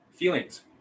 Feelings